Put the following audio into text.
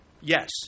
Yes